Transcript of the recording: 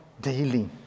daily